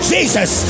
Jesus